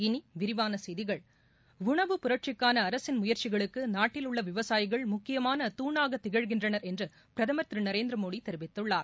இனி விரிவான செய்திகள் உணவு புரட்சிக்கான அரசின் முயற்சிகளுக்கு நாட்டில் உள்ள விவசாயிகள் முக்கியமான துணாக திகழ்கின்றனர் என்று பிரதமர் திரு நரேந்திரமோடி தெரிவித்துள்ளார்